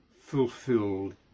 fulfilled